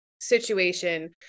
situation